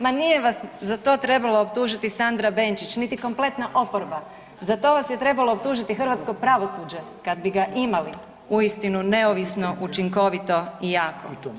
Ma nije vas za to trebala optužiti Sandra Benčić niti kompletna oporba, za to vas je trebalo optužiti hrvatsko pravosuđe kad bi ga imali uistinu neučinkovito, neovisno učinkovito i jako.